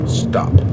stop